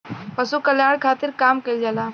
पशु कल्याण खातिर काम कइल जाला